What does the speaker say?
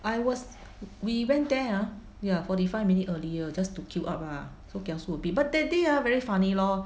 I was we went there ah ya forty five minute earlier just to queue up lah so kiasu a bit but that day ah very funny lor